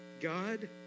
God